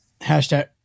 Hashtag